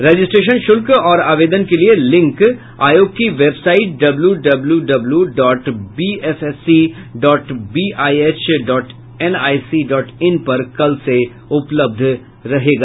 registration शुल्क और आवेदन के लिये लिंक आयोग की website W W W dot BSSC dot BIH dot NIC dot in पर कल से उपलब्ध रहेगा